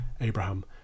Abraham